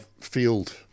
field